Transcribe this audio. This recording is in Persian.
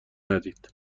ندید